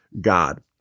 God